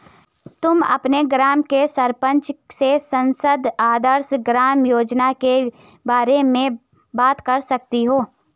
तुम अपने गाँव के सरपंच से सांसद आदर्श ग्राम योजना के बारे में बात कर सकती हो